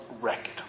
record